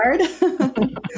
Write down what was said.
hard